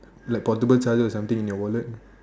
like portable charger or something in your wallet